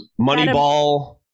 Moneyball